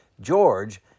George